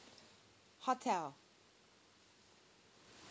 hotel